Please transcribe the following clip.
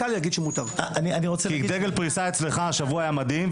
כי דגל פריסה אצלך השבוע היה מדהים,